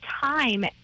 time